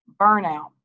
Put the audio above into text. burnout